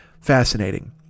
fascinating